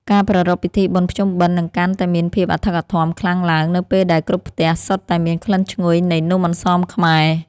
ការប្រារព្ធពិធីបុណ្យភ្ជុំបិណ្ឌនឹងកាន់តែមានភាពអធិកអធមខ្លាំងឡើងនៅពេលដែលគ្រប់ផ្ទះសុទ្ធតែមានក្លិនឈ្ងុយនៃនំអន្សមខ្មែរ។